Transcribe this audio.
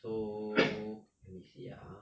so let me see ah